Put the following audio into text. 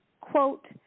Quote